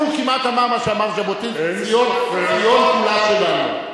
הוא כמעט אמר מה שאמר ז'בוטינסקי: ציון כולה שלנו.